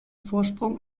vorsprung